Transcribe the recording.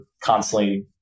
constantly